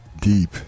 Deep